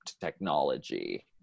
technology